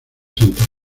santa